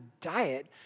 diet